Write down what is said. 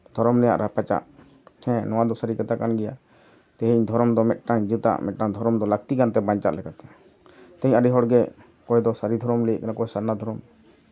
ᱫᱷᱚᱨᱚᱢ ᱨᱮᱱᱟᱜ ᱨᱟᱯᱟᱪᱟᱜ ᱦᱮᱸ ᱱᱚᱣᱟ ᱫᱚ ᱥᱟᱹᱨᱤ ᱠᱟᱛᱷᱟ ᱠᱟᱱ ᱜᱮᱭᱟ ᱛᱮᱦᱤᱧ ᱫᱷᱚᱨᱚᱢ ᱫᱚ ᱢᱤᱫᱴᱮᱱ ᱡᱟᱹᱛᱟᱹᱜ ᱢᱤᱫᱴᱟᱱ ᱫᱷᱚᱨᱚᱢ ᱫᱚ ᱞᱟᱹᱠᱛᱤ ᱠᱟᱱᱛᱟᱭᱟ ᱵᱟᱧᱪᱟᱜ ᱞᱮᱠᱟᱛᱮ ᱛᱮᱦᱤᱧ ᱟᱹᱰᱤ ᱦᱚᱲᱜᱮ ᱚᱠᱚᱭ ᱫᱚ ᱥᱟᱹᱨᱤ ᱫᱷᱚᱨᱚᱢ ᱞᱟᱹᱭᱟᱹᱜ ᱠᱟᱱᱟ ᱚᱠᱚᱭ ᱥᱟᱨᱱᱟ ᱫᱷᱚᱨᱚᱢ